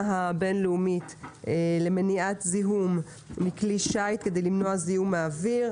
הבין-לאומית למניעת זהות מכלי שיט כדי למנוע זיהום האוויר.